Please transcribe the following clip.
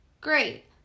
great